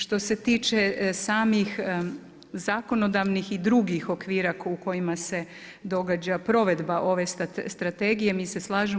Što se tiče samih zakonodavnih i drugih okvira u kojima se događa provedba ove strategije mi se slažemo.